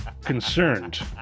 concerned